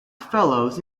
fellows